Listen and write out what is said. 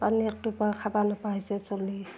পানী একটোপা খাব নোপোৱা হৈছে চলি